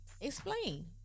explain